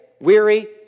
weary